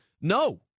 No